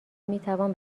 میتوان